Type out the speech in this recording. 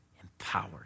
empowered